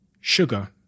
sugar